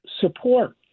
support